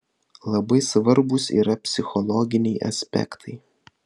labai svarbūs yra psichologiniai aspektai